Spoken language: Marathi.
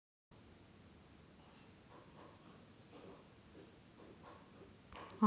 अंकुरलेले चणे प्रोटीन ने आणि आरोग्याने समृद्ध असतात